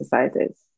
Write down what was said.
exercises